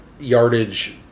yardage